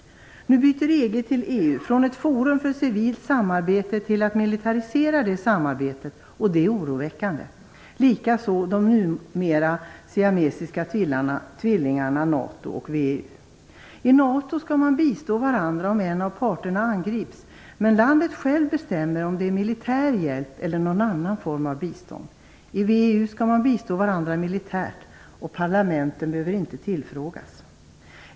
Ny byter EG namn till EU, från ett forum för civilt samarbete till att militarisera det samarbetet, och det är oroväckande. Likaså är det med de numera siamesiska tvillingarna NATO och VEU. I NATO skall man bistå varandra om en av parterna angrips. Men landet bestämmer självt om det skall vara i form av militär hjälp eller någon form av annat bistånd. I VEU skall man bistå varandra militärt, och parlamenten behöver inte tillfrågas.